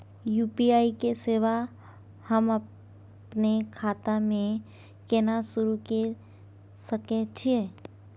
UPI के सेवा हम अपने खाता म केना सुरू के सके छियै?